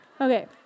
Okay